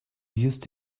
used